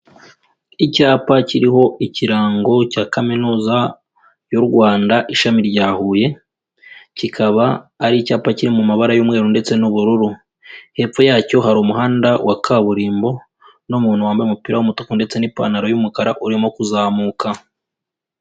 Icyapa kiriho ikirango cya Kaminuza y'u Rwanda ishami rya Huye, kikaba ari icyapa kiri mu mabara y'umweru ndetse n'ubururu, hepfo yacyo hari umuhanda wa kaburimbo n'umuntu wambaye umupira w'umutuku ndetse n'ipantaro y'umukara urimo kuzamuka.